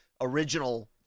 original